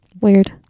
Weird